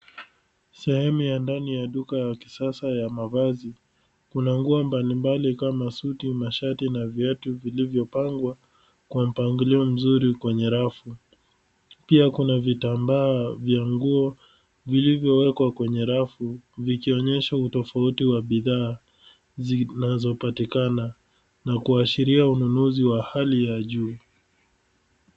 Sehemu ya ndani ya duka ya kisasa ya mavazi, kuna nguo mbalimbali kama suti, mashati na viatu vilivyopangwa kwa mpangilio mzuri kwenye rafu. Pia kuna vitambaa vya nguo vilivyowekwa kwenye rafu vikionyesha utofauti wa bidhaa zinazopatikana na kuashiria ununuzi wa hali ya juu.